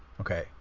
Okay